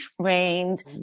trained